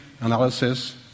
analysis